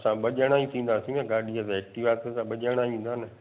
असां ॿ ॼणा ई थींदासीं न गाॾी ते एक्टीवा ते ॿ ॼणा ईंदा न